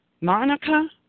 Monica